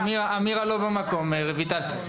אמירה לא במקום, רויטל.